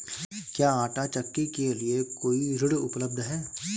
क्या आंटा चक्की के लिए कोई ऋण उपलब्ध है?